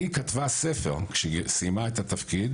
היא כתבה ספר כשהיא סיימה את התפקיד,